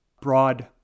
broad